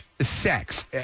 sex